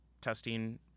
testing